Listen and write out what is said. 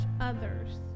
others